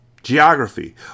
Geography